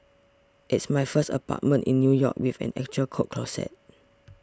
it's my first apartment in New York with an actual coat closet